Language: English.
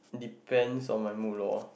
depends on my mood lor